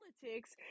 politics